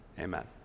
Amen